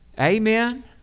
Amen